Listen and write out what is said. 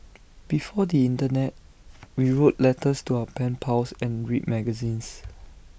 before the Internet we wrote letters to our pen pals and read magazines